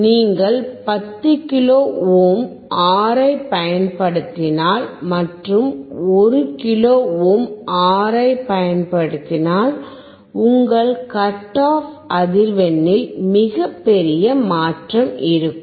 நீங்கள் 10 kilo ohm R ஐப் பயன்படுத்தினால் மற்றும் 1 கிலோ ஓம் R ஐப் பயன்படுத்தினால் உங்கள் கட் ஆஃப் அதிர்வெண்ணில் மிகப்பெரிய மாற்றம் இருக்கும்